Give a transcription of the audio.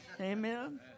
Amen